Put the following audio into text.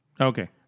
Okay